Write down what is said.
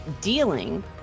dealing